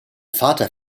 vater